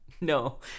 No